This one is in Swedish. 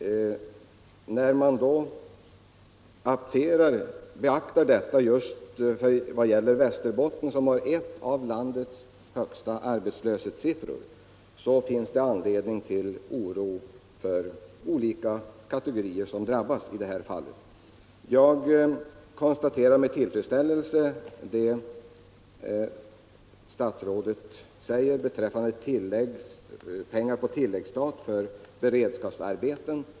När man beaktar detta just i vad gäller Västerbotten, som har en av landets högsta arbetslöshetssiffror, finns anledning till oro för olika kategorier som drabbas av arbetslöshet. Jag konstaterar med tillfredsställelse vad statsrådet säger beträffande pengar på tilläggsstat för beredskapsarbeten.